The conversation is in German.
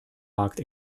markt